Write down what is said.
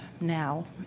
now